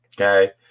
Okay